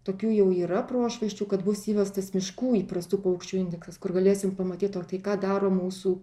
tokių jau yra prošvaisčių kad bus įvestas miškų įprastų paukščių indeksas kur galėsim pamatyt o tai ką daro mūsų